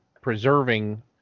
Preserving